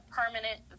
permanent